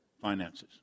finances